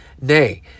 nay